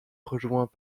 rejoint